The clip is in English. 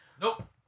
Nope